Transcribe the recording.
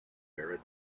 ferret